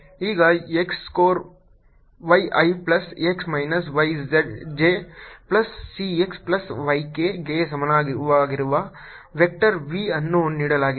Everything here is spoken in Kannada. ಈಗ x square y i plus x minus y j plus c x plus y k ಗೆ ಸಮಾನವಾಗಿರುವ ವೆಕ್ಟರ್ v ಅನ್ನು ನೀಡಲಾಗಿದೆ